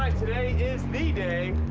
um today is the day.